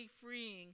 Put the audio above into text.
freeing